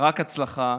רק הצלחה.